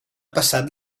passat